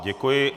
Děkuji.